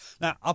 Now